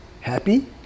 happy